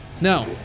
No